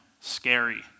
scary